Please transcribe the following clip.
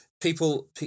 People